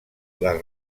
les